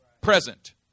Present